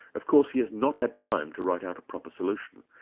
of course he has not had time to write out a proper solution,